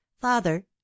father